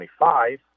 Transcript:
25